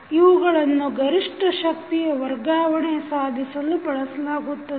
ಇವುಗಳನ್ನು ಗರಿಷ್ಠ ಶಕ್ತಿಯ ವರ್ಗಾವಣೆ ಸಾಧಿಸಲು ಬಳಸಲಾಗುತ್ತದೆ